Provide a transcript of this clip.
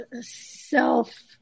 self